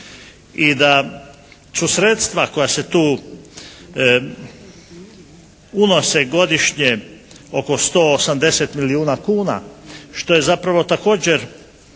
i da su sredstva koja se tu unose godišnje oko 180 milijuna kuna, što je zapravo također